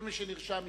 כל מי שנרשם ידבר,